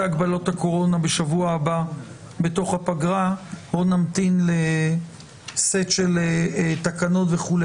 הגבלות הקורונה בשבוע הבא בפגרה או שנמתין לסט של תקנות וכו',